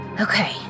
okay